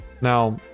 now